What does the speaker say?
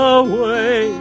away